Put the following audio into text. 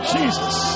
Jesus